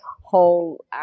whole